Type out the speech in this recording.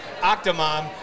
Octomom